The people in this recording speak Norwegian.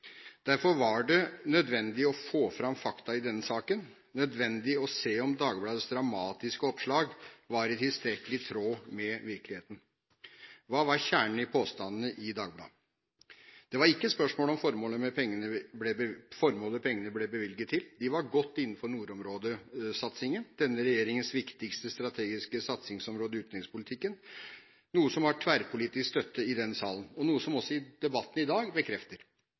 Derfor var det nødvendig å få fram fakta i denne saken. Det var nødvendig å se om Dagbladets dramatiske oppslag var tilstrekkelig i tråd med virkeligheten. Hva var kjernen i påstandene i Dagbladet? Det var ikke spørsmål om formålet pengene ble bevilget til. Det var godt innenfor nordområdesatsingen – denne regjeringens viktigste strategiske satsingsområde i utenrikspolitikken – som har tverrpolitisk støtte i denne salen, noe som også debatten i dag bekrefter.